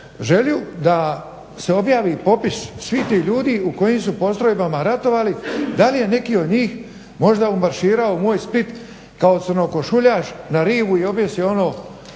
želju da se objavi popis svih tih ljudi u kojim su postrojbama ratovali, da li je neki od njih možda umarširao u moj Split kao crnokošuljaš na rivu i objesio ono